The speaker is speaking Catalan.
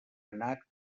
anat